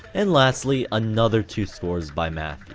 and lastly another two scores by mathi.